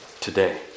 today